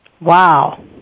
Wow